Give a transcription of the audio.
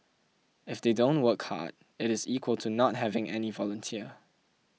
if they don't work hard it is equal to not having any volunteer